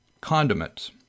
condiments